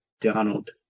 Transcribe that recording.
Donald